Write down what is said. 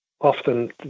often